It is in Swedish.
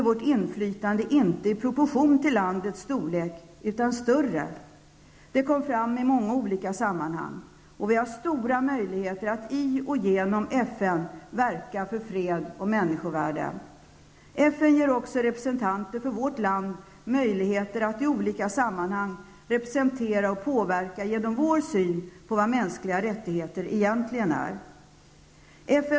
Vårt inflytande är emellertid inte i proportion till landets storlek, utan det är faktiskt större. Detta framkom i många olika sammanhang. Vi har stora möjligheter att i och genom FN verka till förmån för fred och människovärde. FN ger också företrädarna för vårt land möjligheter att i olika sammanhang representera och påverka samt att redogöra för vår syn på detta med de mänskliga rättigheterna och på vad det begreppet egentligen innebär.